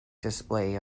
display